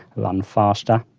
run faster?